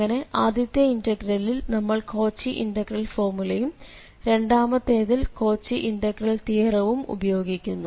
അങ്ങനെ ആദ്യത്തെ ഇന്റഗ്രലിൽ നമ്മൾ കോച്ചി ഇന്റഗ്രൽ ഫോർമുലയും രണ്ടാമത്തേതിൽ കോച്ചി ഇന്റഗ്രൽ തിയറവും ഉപയോഗിക്കുന്നു